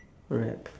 rap